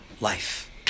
life